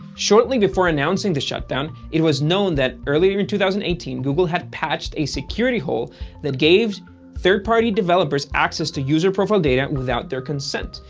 shortly before announcing the shutdown, it was known that earlier in two thousand and eighteen, google had patched a security hole that gave third-party developers access to user profile data without their consent.